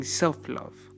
self-love